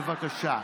בבקשה.